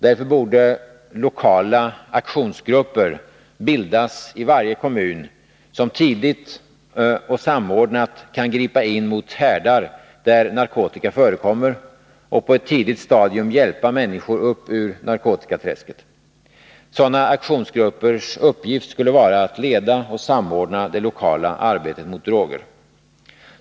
Därför borde lokala aktionsgrupper bildas i varje kommun, vilka tidigt och samordnat kan gripa in mot härdar där narkotika förekommer och på ett tidigt stadium hjälpa människor upp ur narkotikaträsket. Sådana aktionsgruppers uppgift skulle vara att leda och samordna det lokala arbetet mot droger.